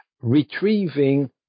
retrieving